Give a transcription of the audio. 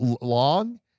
long